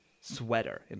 Sweater